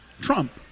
Trump